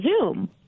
Zoom